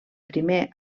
primer